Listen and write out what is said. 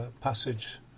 passage